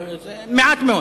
מעט מאוד